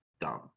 dumb